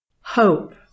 Hope